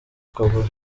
kavuyo